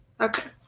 Okay